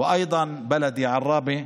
עכשיו 12%; וגם היישוב שלי עראבה,